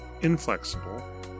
inflexible